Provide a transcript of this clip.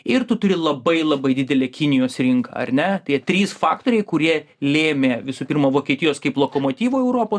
ir tu turi labai labai didelę kinijos rinką ar ne tie trys faktoriai kurie lėmė visų pirma vokietijos kaip lokomotyvo europos ir jie visi dabar